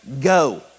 go